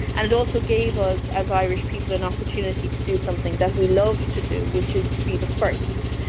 and it also gave us as irish people an opportunity to do something that we love to do which is to be the first.